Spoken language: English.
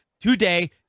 today